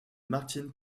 martin